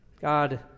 God